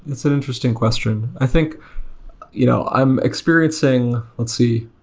it's an interesting question. i think you know i'm experiencing let's see.